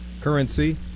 currency